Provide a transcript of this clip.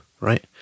right